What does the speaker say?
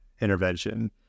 intervention